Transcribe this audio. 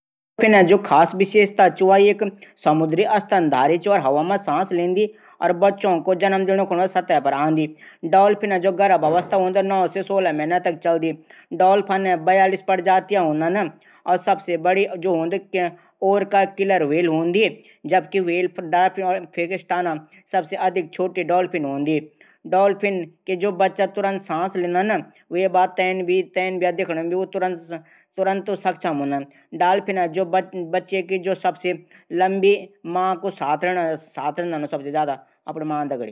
डाल्फिन की जू खास विशेषता ऊ चा कि वा समुद्री स्तनधारी च और बच्चों थै जन्म दीणू सतह पर आंदी। डाल्फिन जू गर्भ अवस्था हूदी व नौ से सोलह मैन तक चलदी। डाल्फिन बयालीस प्रजातियां होंदनी। सबसे बडी ओरके किलर हव्ले हूंदी। डाल्फिन बच्चा तुरन्त सांस लीनदन।